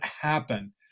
happen